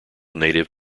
native